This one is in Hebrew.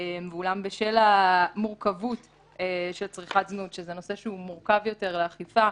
ואולם בשל המורכבות של צריכת זנות שזה נושא שהוא מורכב יותר לאכיפה